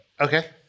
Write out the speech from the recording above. Okay